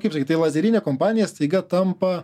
kaip sakyt tai lazerinė kompanija staiga tampa